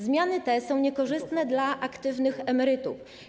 Zmiany te są niekorzystne dla aktywnych emerytów.